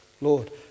Lord